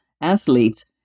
athletes